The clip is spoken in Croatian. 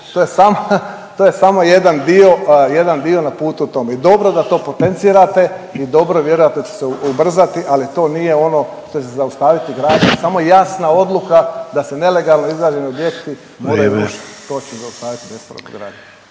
To je samo jedan dio na putu tome i dobro da to potencirate i dobro vjerojatno će se ubrzati, ali to nije ono što će zaustaviti gradnju samo jasna odluka da se nelegalno izgrađeni objekti …/Upadica Sanader: